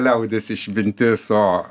liaudies išmintis o